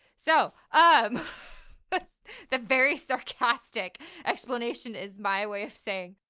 so um but the very sarcastic explanation is my way of saying,